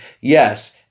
Yes